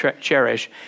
cherish